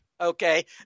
Okay